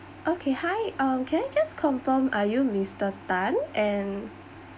okay hi um can I just confirm are you mister tan and